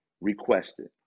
requested